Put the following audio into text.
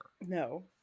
No